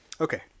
Okay